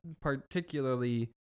particularly